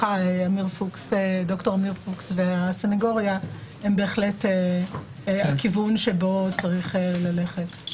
ד"ר עמיר פוקס והסנגוריה הם בהחלט הכיוון שבו צריך ללכת.